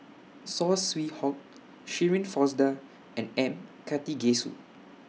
Saw Swee Hock Shirin Fozdar and M Karthigesu